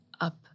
up